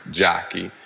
jockey